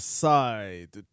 side